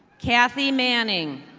kathy manning.